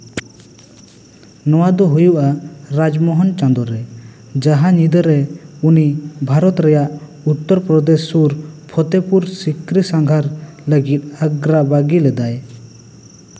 ᱱᱚᱣᱟ ᱫᱚ ᱦᱩᱭᱩᱜᱼᱟ ᱨᱟᱡᱽ ᱢᱳᱦᱚᱱ ᱪᱟᱸᱫᱳᱨᱮ ᱡᱟᱦᱟᱸ ᱧᱤᱫᱟᱹᱨᱮ ᱩᱱᱤ ᱵᱷᱟᱨᱚᱛ ᱨᱮᱭᱟᱜ ᱩᱛᱛᱚᱨᱯᱨᱚᱫᱮᱥ ᱥᱩᱨ ᱯᱷᱚᱛᱮᱯᱩᱨ ᱥᱤᱠᱨᱤ ᱥᱟᱸᱜᱷᱟᱨ ᱞᱟᱹᱜᱤᱫ ᱟᱜᱨᱟ ᱵᱟᱹᱜᱤ ᱞᱮᱫᱟᱭ